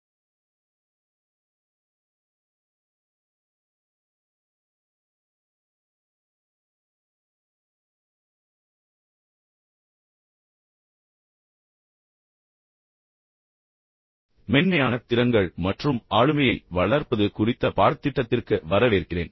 வணக்கம் மென்மையான திறன்கள் மற்றும் ஆளுமையை வளர்ப்பது குறித்த எனது பாடத்திட்டத்திற்கு மீண்டும் வரவேற்கிறேன்